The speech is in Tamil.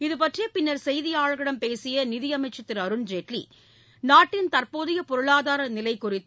இதுபற்றி பின்னர் செய்தியாளர்களிடம் பேசிய நிதியமைச்சர் திரு அருண்ஜேட்லி நாட்டின் தற்போதைய பொருளாதார நிலை குறித்து